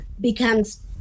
becomes